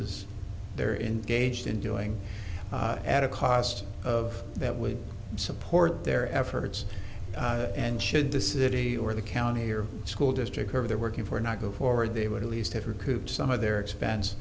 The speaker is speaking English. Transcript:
is there in gauged in doing at a cost of that would support their efforts and should the city or the county or school district who they're working for not go forward they would at least have recoup some of their expense